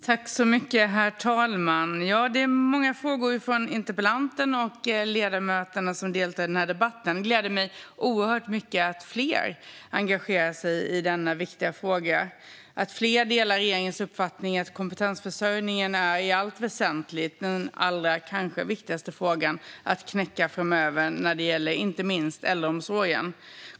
Herr talman! Det är många frågor från interpellanten och de ledamöter som deltar i denna debatt. Det gläder mig oerhört mycket att fler engagerar sig i denna viktiga fråga och att fler delar regeringens uppfattning att kompetensförsörjningen i allt väsentligt är den kanske allra viktigaste frågan att knäcka framöver, inte minst när det gäller äldreomsorgen.